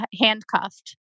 handcuffed